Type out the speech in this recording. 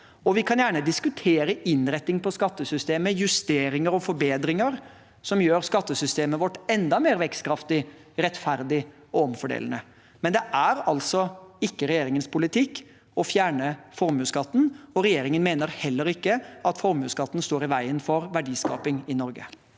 Vi kan gjerne diskutere innretning på skattesystemet, justeringer og forbedringer som gjør skattesystemet vårt enda mer vekstkraftig, rettferdig og omfordelende. Men det er altså ikke regjeringens politikk å fjerne formuesskatten, og regjeringen mener heller ikke at formuesskatten står i veien for verdiskaping i Norge.